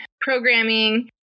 programming